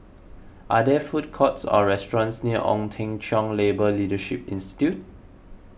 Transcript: are there food courts or restaurants near Ong Teng Cheong Labour Leadership Institute